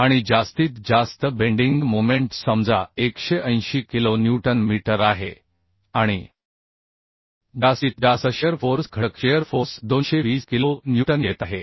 आणि जास्तीत जास्त बेंडिंग मोमेंट समजा 180 किलो न्यूटन मीटर आहे आणि जास्तीत जास्त शिअर फोर्स घटक शिअर फोर्स 220 किलो न्यूटन येत आहे